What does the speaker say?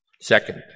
Second